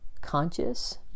conscious